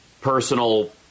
personal